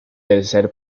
tercer